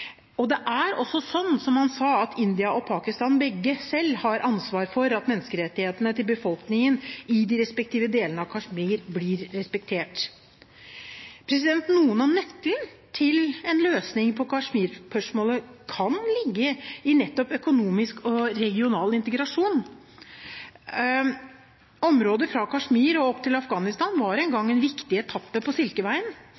Og det er også slik, som han sa, at både India og Pakistan selv har ansvar for at menneskerettighetene til befolkningen i de respektive delene av Kashmir blir respektert. Noe av nøkkelen til en løsning på Kashmir-spørsmålet kan ligge i nettopp økonomisk og regional integrasjon. Området fra Kashmir og opp til Afghanistan var